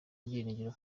ibyiringiro